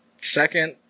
Second